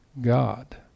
God